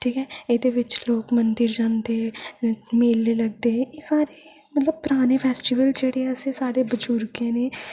एह्दे च लोक मंदर जांदे मेले लगदे एह् सारे मतलब पराने फैस्टिवल जेह्ड़े असे साढ़े बुज़ुर्ग दिक्खे न